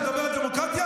אתה מדבר על דמוקרטיה?